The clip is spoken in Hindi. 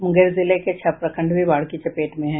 मुंगेर जिले के छह प्रखंड भी बाढ़ की चपेट में हैं